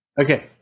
Okay